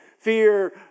fear